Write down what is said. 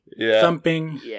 thumping